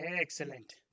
Excellent